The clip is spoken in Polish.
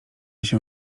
się